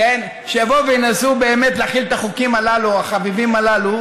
שיבואו וינסו באמת להחיל את החוקים החביבים הללו,